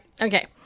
Okay